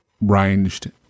ranged